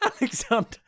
Alexander